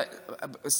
אתה יודע את זה.